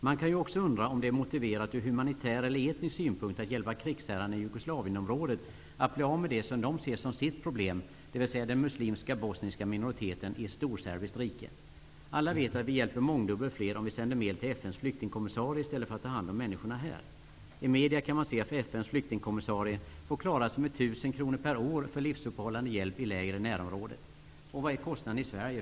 Man kan ju också undra om det är motiverat ur humanitär eller etnisk synpunkt att hjälpa krigsherrarna i jugoslavienområdet att bli av med det som de ser som sitt problem, dvs. den muslimska bosniska minoriteten i ett storserbiskt rike. Alla vet att vi hjälper mångdubbelt fler om vi sänder medel till FN:s flyktingkommissarie i stället för att ta hand om människorna här. I medierna kan man se att FN:s flyktingkommissarie får klara sig med 1 000 kr per år för livsuppehållande hjälp i läger i närområdet. Vad är då kostnaden i Sverige?